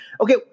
Okay